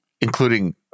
including